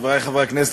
חברי חברי הכנסת,